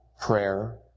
prayer